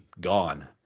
gone